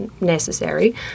necessary